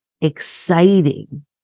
exciting